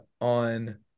on